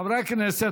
חברי הכנסת,